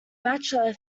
bachelor